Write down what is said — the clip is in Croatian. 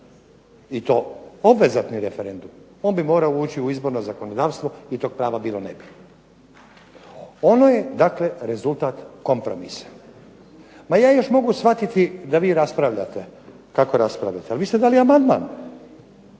i to obvezatni referendum on bi morao ući u izborno zakonodavstvo i toga prava bilo ne bi. Ono je dakle rezultata kompromisa. Ma ja još mogu shvatiti da raspravljate kako raspravljate, ali vi ste dali amandman